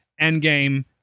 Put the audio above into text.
Endgame